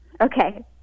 Okay